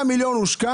100 מיליון הושקע